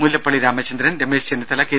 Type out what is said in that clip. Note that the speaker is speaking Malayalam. മുല്ലപ്പള്ളി രാമചന്ദ്രൻ രമേശ് ചെന്നിത്തല കെ